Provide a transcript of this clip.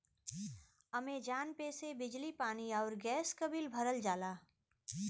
Amazon Pay से बिजली पानी आउर गैस क बिल भरल जाला